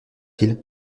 ils